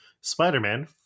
Spider-Man